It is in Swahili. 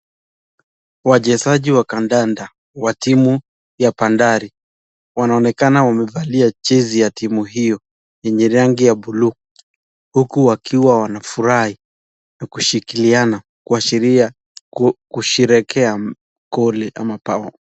Wachezaji wa kandanda wa timu ya bandari wanaonekana wamevalia jesi ya timu hiyo yenye rangi ya buluu huku wakiwa wanafuraha na kushikiliana kuashiria kusherekea koli ama bao.